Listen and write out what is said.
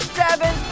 seven